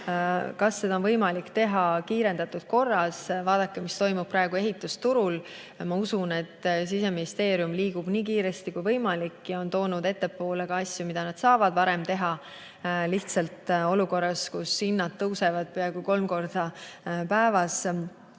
Kas seda on võimalik teha kiirendatud korras? Vaadake, mis toimub praegu ehitusturul! Ma usun, et Siseministeerium liigub nii kiiresti kui võimalik ja on toonud asju, mida nad saavad varem teha, ettepoole. Lihtsalt olukorras, kus hinnad tõusevad päevas peaaegu kolm korda,